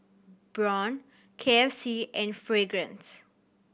Braun K F C and Fragrance